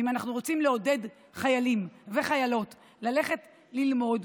אם אנחנו רוצים לעודד חיילים וחיילות ללכת ללמוד,